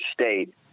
state